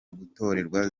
gutorwa